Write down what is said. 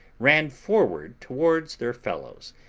ran forward towards their fellows,